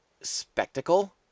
spectacle